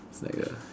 like a